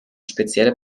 spezielle